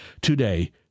today